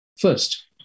First